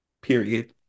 Period